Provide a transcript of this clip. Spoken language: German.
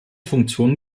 funktion